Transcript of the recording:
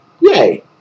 Yay